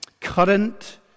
current